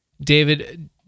David